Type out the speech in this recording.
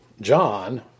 John